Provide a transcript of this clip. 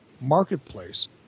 marketplace